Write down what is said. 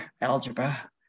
algebra